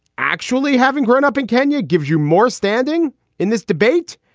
actually, having grown up in kenya gives you more standing in this debate.